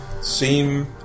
seem